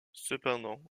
cependant